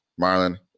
marlon